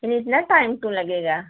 फिर इतना टाइम क्यों लगेगा